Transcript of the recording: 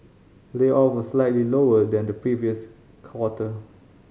layoffs were slightly lower than the previous quarter